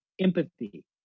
empathy